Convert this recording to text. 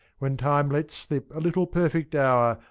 when time lets slip a little perfect hour,